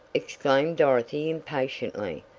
exclaimed dorothy impatiently.